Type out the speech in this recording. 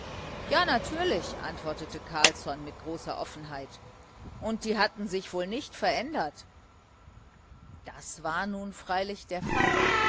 ja natürlich antwortete carlsson mit großer offenheit und die hatten sich wohl nicht verändert das war nun freilich der fall